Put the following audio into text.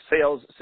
sales